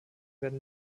werden